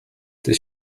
this